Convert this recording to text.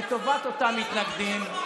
לטובת אותם מתנגדים,